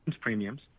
premiums